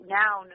now